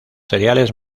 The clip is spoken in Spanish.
cereales